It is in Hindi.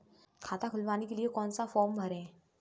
खाता खुलवाने के लिए कौन सा फॉर्म भरें?